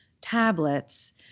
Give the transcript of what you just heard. tablets